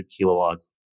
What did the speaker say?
kilowatts